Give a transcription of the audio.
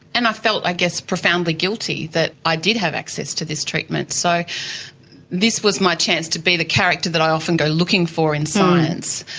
and i felt i guess profoundly guilty that i did have access to this treatment. so this was my chance to be the character that i often go looking for in science,